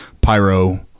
pyro